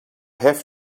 have